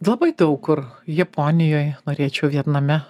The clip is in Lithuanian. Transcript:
labai daug kur japonijoj norėčiau vietname